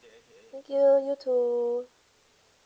thank you you too